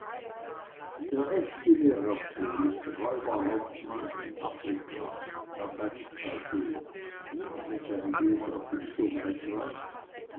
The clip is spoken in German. der echte mirambo ist räuberhauptmann in afrika tanganjika see wenn deine geographie so weit reicht